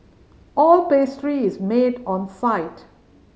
all pastry is made on site